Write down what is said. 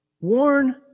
warn